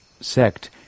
sect